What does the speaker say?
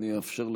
אני אאפשר לך.